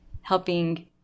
helping